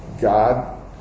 god